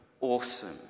awesome